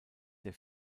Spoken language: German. der